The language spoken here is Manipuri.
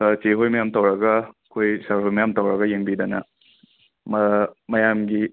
ꯆꯦꯍꯣꯏ ꯃꯌꯥꯝ ꯇꯧꯔꯒ ꯑꯩꯈꯣꯏ ꯁꯔꯍꯣꯏ ꯃꯌꯥꯝ ꯇꯧꯔꯒ ꯌꯦꯡꯕꯤꯗꯅ ꯃ ꯃꯌꯥꯝꯒꯤ